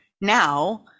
now